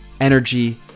energy